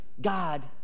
God